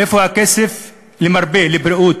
איפה הכסף למרפא, לבריאות?